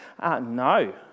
No